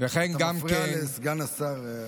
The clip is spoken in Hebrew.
אתה מפריע לסגן השר.